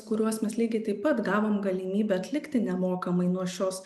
kuriuos mes lygiai taip pat gavom galimybę atlikti nemokamai nuo šios